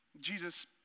Jesus